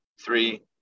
three